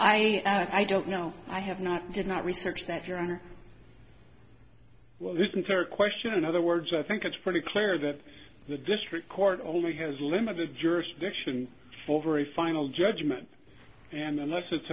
i i don't know i have not did not research that your honor well this entire question in other words i think it's pretty clear that the district court only has limited jurisdiction over a final judgment and unless it's